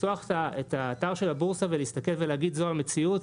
לפתוח את האתר של הבורסה ולהסתכל ולהגיד זו המציאות,